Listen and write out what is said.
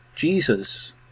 Jesus